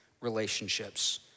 relationships